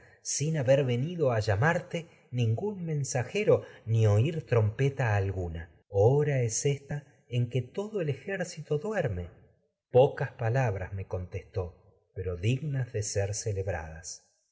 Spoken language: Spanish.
sin haber venido a lla ningún mensajero ni oír trompeta en alguna hora palabras es ésta que todo el ejército duerme pocas me contestó pero dignas de ser las celebradas